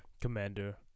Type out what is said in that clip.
Commander